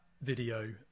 video